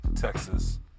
Texas